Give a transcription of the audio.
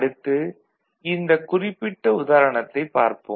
அடுத்து இந்தக் குறிப்பிட்ட உதாரணத்தைப் பார்ப்போம்